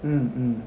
mm mm